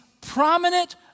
prominent